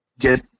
get